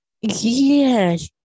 Yes